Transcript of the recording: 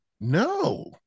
No